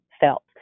felt